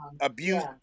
Abuse